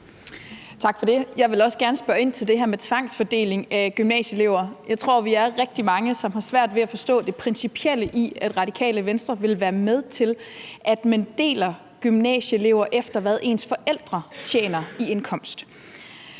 Jeg vil også gerne spørge ind til det her med tvangsfordeling af gymnasieeleverne. Jeg tror, at vi er rigtig mange, som har svært ved at forstå det principielle i, at Radikale Venstre vil være med til, at man fordeler gymnasieelever efter deres forældres indkomst.